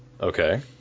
Okay